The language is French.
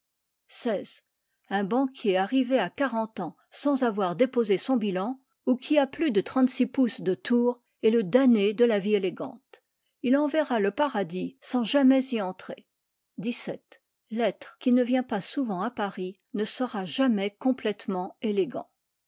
un banquier arrivé à quarante ans sans avoir déposé son bilan ou qui a plus de trente-six pouces de tour est le damné de la vie élégante il en verra le paradis sans jamais y entrer xvii l'être qui ne vient pas souvent à paris ne sera jamais complètement élégant